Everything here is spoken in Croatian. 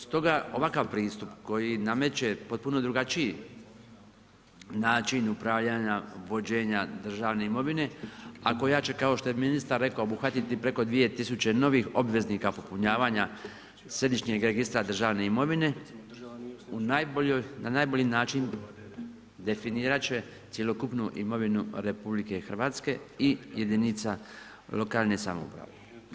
Stoga ovakav pristup koji nameće potpuno drugačiji način upravljanja vođenja državne imovine a koja će kao što je ministar rekao obuhvatiti preko 2000 novih obveznika popunjavanja Središnjeg registra državne imovine na najbolji način definirati će cjelokupnu imovinu RH i jedinica lokalne samouprave.